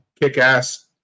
kick-ass